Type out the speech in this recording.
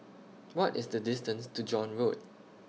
What IS The distance to John Road